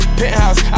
penthouse